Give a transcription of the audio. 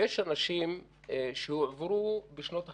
יש אנשים שהועברו בשנות ה-50'